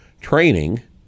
training